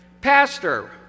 Pastor